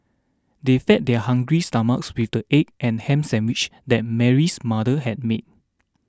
they fed their hungry stomachs with the egg and ham sandwiches that Mary's mother had made